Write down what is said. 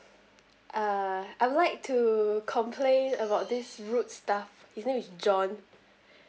uh I would like to complain about this rude staff his name is john